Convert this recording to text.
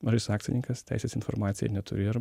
mažasis akcininkas teisės į informacija neturi ir